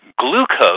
glucose